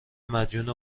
مدیون